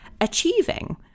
achieving